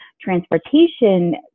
transportation